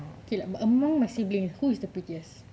okay lah among my siblings who is the prettiest